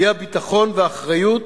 היא הביטחון והאחריות